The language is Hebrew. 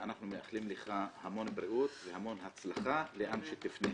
אנחנו מאחלים לך המון בריאות והמון הצלחה לאן שתפנה.